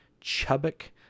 Chubbuck